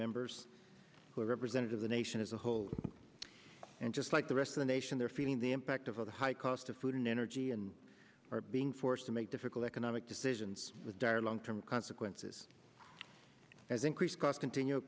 members who are represented to the nation as a whole and just like the rest of the nation they're feeling the impact of a high cost of food and energy and are being forced to make difficult economic decisions with dire long term consequences as increased cost continue a